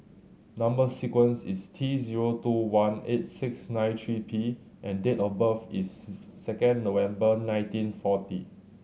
number sequence is T zero two one eight six nine three P and date of birth is second November nineteen forty